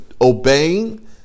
obeying